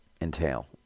entail